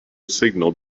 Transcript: signal